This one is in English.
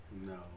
No